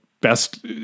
best